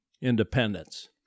independence